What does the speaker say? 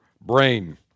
brain